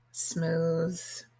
smooth